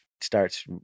starts